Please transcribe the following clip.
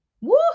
Woo